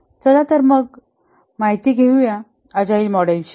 चला तर मग माहिती घेऊया अजाईल मॉडेलची